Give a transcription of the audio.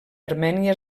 armènia